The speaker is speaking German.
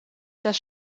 dass